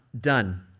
done